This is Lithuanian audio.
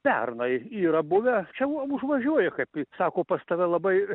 pernai yra buvę čia užvažiuoja kaip sako pas tave labai